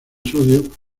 sodio